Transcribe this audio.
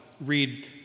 read